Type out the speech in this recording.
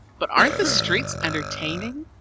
but aren't the streets entertaining?